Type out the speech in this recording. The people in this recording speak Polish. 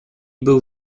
był